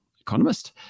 economist